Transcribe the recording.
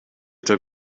took